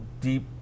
deep